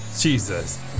Jesus